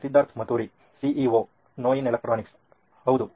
Siddharth Maturi CEO ನೋಯಿನ್ electronics ಹೌದು